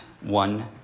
one